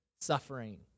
suffering